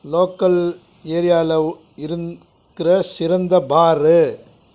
local ஏரியாவில் இருக்கிற சிறந்த பார்ரு